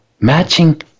matching